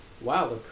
Wow